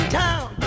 town